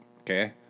okay